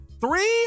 three